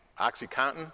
Oxycontin